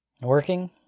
Working